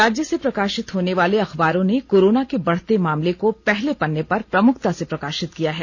राज्य से प्रकाशित होने वाले अखबारों ने कोरोना के बढ़ते मामले को पहले पन्ने पर प्रमुखता से प्रकाशित किया है